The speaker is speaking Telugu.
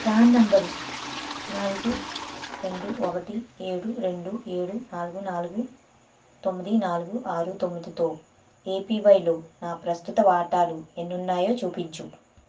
ప్రాన్ నంబరు నాలుగు రెండు ఒకటి ఏడు రెండు ఏడు నాలుగు నాలుగు తొమ్మిది నాలుగు ఆరు తొమ్మిదితో ఏపివైలో నా ప్రస్తుత వాటాలు ఎన్ని ఉన్నాయో చూపించుము